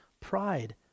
pride